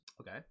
Okay